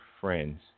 friends